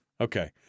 Okay